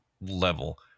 level-